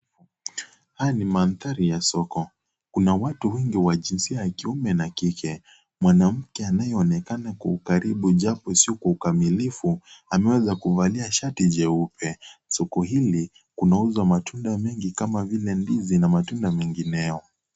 Haya ni mandhari ya soko. Kuna watu wengi wa jinsia ya kiume na kike. Mwanamke anayeonekana kwa ukaribu japo sio kwa ukamilifu ameweza kuvalia shati jeupe. Soko hili kunauzwa matunda mengi kama vile ndizi na matunda mengineyo.